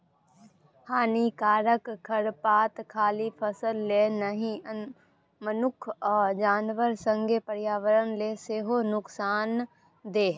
हानिकारक खरपात खाली फसल लेल नहि मनुख आ जानबर संगे पर्यावरण लेल सेहो नुकसानदेह